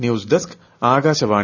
news desk Akashvani